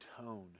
tone